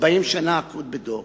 "ארבעים שנה אקוט בדור",